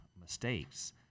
mistakes